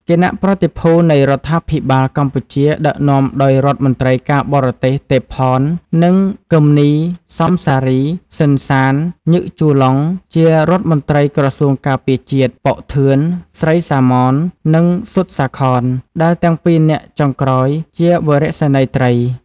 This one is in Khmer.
គណៈប្រតិភូនៃរដ្ឋាភិបាលកម្ពុជាដឹកនាំដោយរដ្ឋ មន្ត្រីការបទេសទេពផន និង គឹមនី សម សារី សឺន សាន ញឹក ជូឡុងជារដ្ឋមន្ត្រីក្រសួងការពារជាតិ ប៉ុក ធឿន ស្រី សាម៉ន និងស៊ុត សាខន ដែលទាំងពីរនាក់ចុងក្រោយ ជាវរសេនីយត្រី។